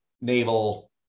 Naval